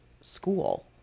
school